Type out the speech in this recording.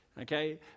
Okay